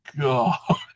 God